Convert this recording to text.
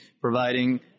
providing